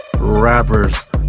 Rappers